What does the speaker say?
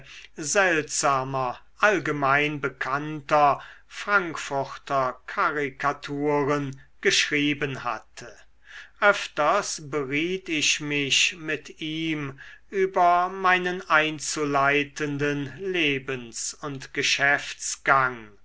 seltsamer allgemein bekannter frankfurter karikaturen geschrieben hatte öfters beriet ich mich mit ihm über meinen einzuleitenden lebens und